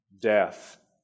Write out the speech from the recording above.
death